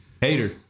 Hater